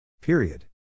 Period